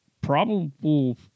probable